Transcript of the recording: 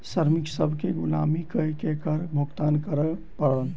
श्रमिक सभ केँ गुलामी कअ के कर भुगतान करअ पड़ल